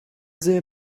there